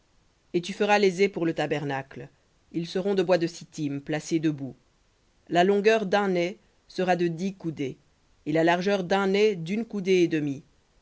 et tu feras les ais pour le tabernacle ils seront de bois de sittim debout la longueur d'un ais sera de dix coudées et la largeur d'un ais d'une coudée et demie